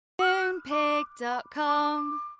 MoonPig.com